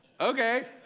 okay